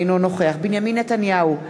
אינו נוכח בנימין נתניהו,